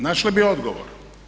Našli bi odgovor.